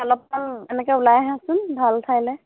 অলপমান এনেকৈ ওলাই আহাচোন ভাল ঠাইলৈ